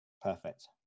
Perfect